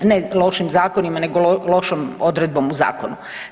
Ne lošim zakonima, nego lošom odredbom u zakonu.